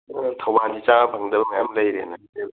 ꯑꯣ ꯊꯧꯕꯥꯜꯗꯤ ꯆꯥꯕ ꯐꯪꯗꯕ ꯃꯌꯥꯝ ꯂꯩꯔꯦꯅꯦ